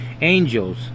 Angels